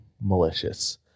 malicious